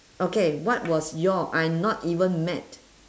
okay what was your I'm not even mad